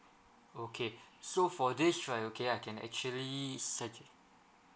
okay so for this right okay I can actually sugg~